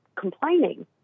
complaining